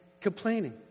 complaining